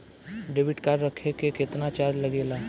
Debit card रखे के केतना चार्ज लगेला?